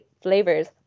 flavors